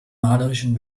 malerischen